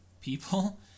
People